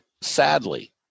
sadly